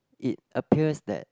it appears that